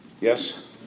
Yes